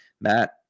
Matt